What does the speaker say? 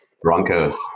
Broncos